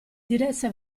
diresse